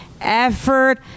effort